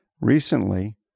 Recently